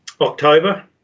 October